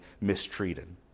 mistreated